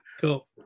Cool